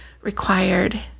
required